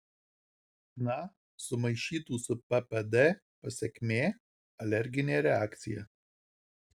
chna sumaišytų su ppd pasekmė alerginė reakcija